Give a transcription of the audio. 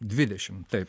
dvidešim taip